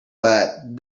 but